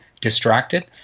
distracted